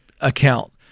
account